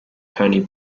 tony